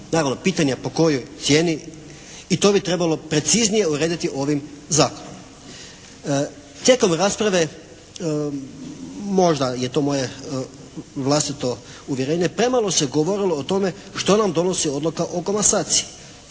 naravno pitanje je po kojoj cijeni i to bi trebalo preciznije urediti ovim Zakonom. Tijek ove rasprave, možda je to moje vlastito uvjerenje premalo se govorilo o tome što nam donosi odluka o komasaciji